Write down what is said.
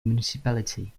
municipality